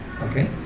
Okay